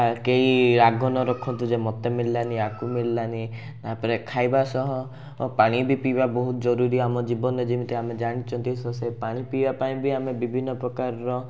କେହି ରାଗ ନ ରଖନ୍ତୁ ଯେ ମୋତେ ମିଳିଲାନି ଆକୁ ମିଳିଲାନି ତା'ପରେ ଖାଇବା ସହ ପାଣି ବି ପିଇବା ବହୁତ ଜରୁରୀ ଆମ ଜୀବନରେ ଯେମିତି ଆମେ ଜାଣିଛନ୍ତି ତ ସେ ପାଣି ପିଇବାପାଇଁ ବି ଆମେ ବିଭିନ୍ନ ପ୍ରକାରର